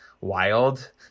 wild